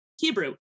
Hebrew